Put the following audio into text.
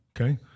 okay